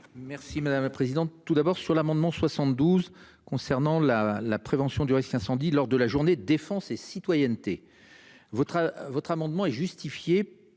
Merci madame la présidente. Tout d'abord sur l'amendement 72 concernant la la. Prévention du risque incendie lors de la Journée défense et citoyenneté. Votre votre amendement est justifiée